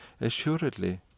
Assuredly